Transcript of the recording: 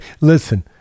listen